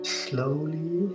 slowly